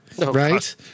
right